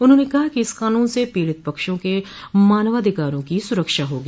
उन्होंने कहा कि इस कानून से पोड़ित लोगों के मानवाधिकारों की सुरक्षा होगी